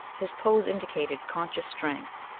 his pose indicated conscious strength,